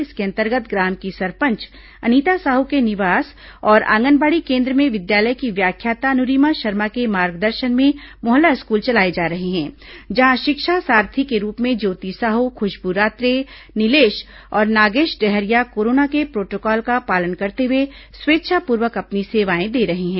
इसके अंतर्गत ग्राम की सरपंच अनिता साहू के निवास और आंगनबाड़ी केन्द्र में विद्यालय की व्याख्याता अनुरिमा शर्मा के मार्गदर्शन में मोहल्ला स्कूल चलाए जा रहे हैं जहां शिक्षा सारथी के रूप में ज्योति साहू खूशबू रात्रे निलेश और नागेश डहरिया कोरोना के प्रोटोकॉल का पालन करते हुए स्वेच्छापूर्वक अपनी सेवाएं दे रहे हैं